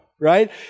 right